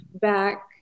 back